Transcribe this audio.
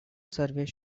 surveys